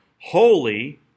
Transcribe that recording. holy